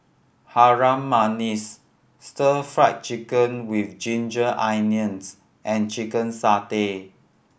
Harum Manis Stir Fried Chicken With Ginger Onions and chicken satay